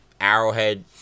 Arrowhead